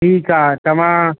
ठीकु आहे तव्हां